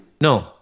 no